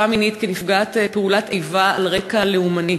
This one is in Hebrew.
מינית כנפגעת פעולת איבה על רקע לאומני.